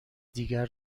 دیگر